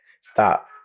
Stop